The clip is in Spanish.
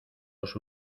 los